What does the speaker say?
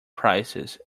prices